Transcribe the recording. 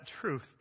truth